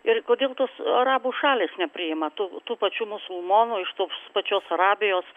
ir kodėl tos arabų šalys nepriima tų tų pačių musulmonų iš tos pačios arabijos